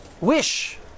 wish